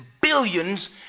billions